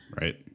Right